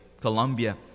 Colombia